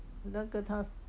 很难跟他